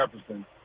Jefferson